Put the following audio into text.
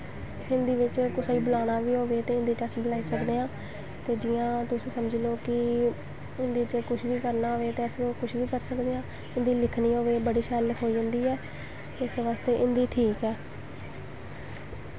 हिन्दी बिच्च कुसै बलाना बी होए ते अस हिन्दी बिच्च कुसै गी बलाई सकने आं ते जियां तुस समझी लैओ कि हिन्दी च कुछ बी करना होए ते अस कुछ बी करी सकने आं हिन्दी लिखनी होए बड़ी शैल लखोई जंदी ऐ इस बास्तै हिन्दी ठीक ऐ